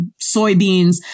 soybeans